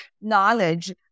knowledge